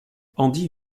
andy